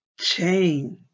Change